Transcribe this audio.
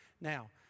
Now